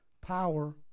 power